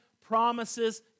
promises